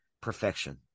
perfection